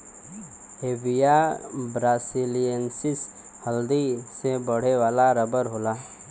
Hevea brasiliensis जल्दी से बढ़े वाला रबर होला